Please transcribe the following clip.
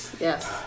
Yes